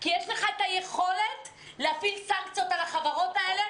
כי יש לך את היכולת להפעיל סנקציות על החברות האלה.